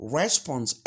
response